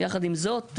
יחד עם זאת,